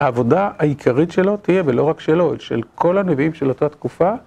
העבודה העיקרית שלו תהיה, ולא רק שלו, אלא של כל הנביאים של אותה תקופה.